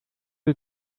die